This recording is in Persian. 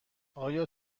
آیا